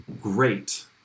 great